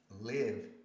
live